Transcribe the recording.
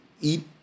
eat